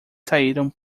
saíram